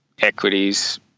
equities